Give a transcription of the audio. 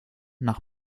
nach